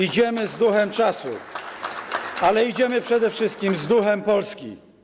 Idziemy z duchem czasu, ale idziemy przede wszystkim z duchem Polski.